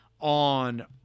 on